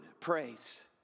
praise